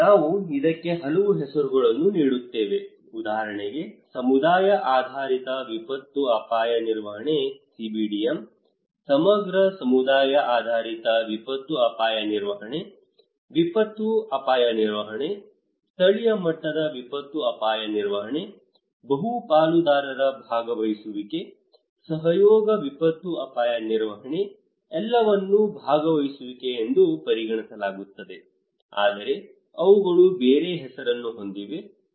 ನಾವು ಇದಕ್ಕೆ ಹಲವು ಹೆಸರುಗಳನ್ನು ನೀಡುತ್ತೇವೆ ಉದಾಹರಣೆಗೆ ಸಮುದಾಯ ಆಧಾರಿತ ವಿಪತ್ತು ಅಪಾಯ ನಿರ್ವಹಣೆ CBDM ಸಮಗ್ರ ಸಮುದಾಯ ಆಧಾರಿತ ವಿಪತ್ತು ಅಪಾಯ ನಿರ್ವಹಣೆ ವಿಪತ್ತು ಅಪಾಯ ನಿರ್ವಹಣೆ ಸ್ಥಳೀಯ ಮಟ್ಟದ ವಿಪತ್ತು ಅಪಾಯ ನಿರ್ವಹಣೆ ಬಹು ಪಾಲುದಾರರ ಭಾಗವಹಿಸುವಿಕೆ ಸಹಯೋಗ ವಿಪತ್ತು ಅಪಾಯ ನಿರ್ವಹಣೆ ಅವೆಲ್ಲವನ್ನೂ ಭಾಗವಹಿಸುವಿಕೆ ಎಂದು ಪರಿಗಣಿಸಲಾಗುತ್ತದೆ ಆದರೆ ಅವುಗಳು ಬೇರೆ ಹೆಸರನ್ನು ಹೊಂದಿವೆ